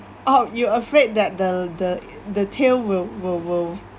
oh you're afraid that the the the tail will will will